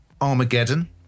Armageddon